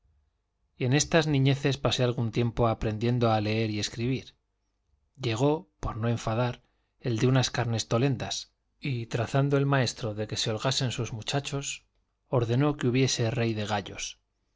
en estas niñeces pasé algún tiempo aprendiendo a leer y escribir llegó por no enfadar el de unas carnestolendas y trazando el maestro de que se holgasen sus muchachos ordenó que hubiese rey de gallos